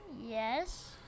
yes